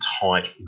tight